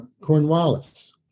Cornwallis